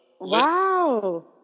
wow